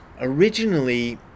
Originally